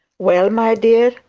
well, my dear,